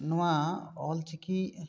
ᱱᱚᱣᱟ ᱚᱞ ᱪᱤᱠᱤ